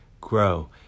grow